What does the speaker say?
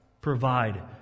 provide